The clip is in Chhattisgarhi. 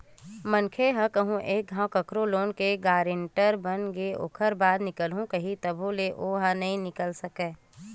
मनखे ह कहूँ एक घांव कखरो लोन के गारेंटर बनगे ओखर बाद निकलहूँ कइही तभो ले ओहा नइ निकल सकय